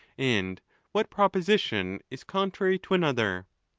and what proposition is con trary to another.